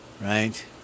right